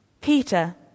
Peter